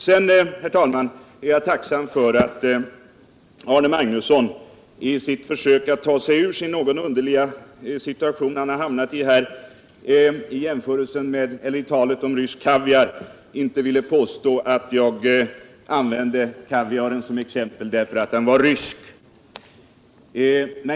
Jag är tacksam att Arne Magnusson i sitt försök att ta sig ur den något underliga situation han hamnat i genom talet om rysk kaviar, inte ville påstå att jag använde kaviar som exempel därför att den var rysk.